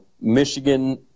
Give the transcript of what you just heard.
Michigan